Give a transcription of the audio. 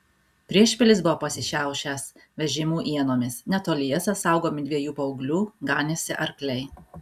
priešpilis buvo pasišiaušęs vežimų ienomis netoliese saugomi dviejų paauglių ganėsi arkliai